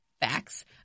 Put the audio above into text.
facts